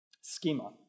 schema